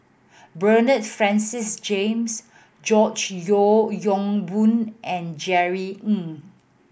Bernard Francis James George Yeo Yong Boon and Jerry Ng